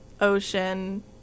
Ocean